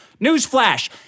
Newsflash